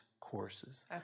courses